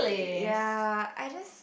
ya I just